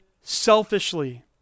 selfishly